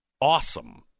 awesome